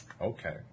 Okay